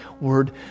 word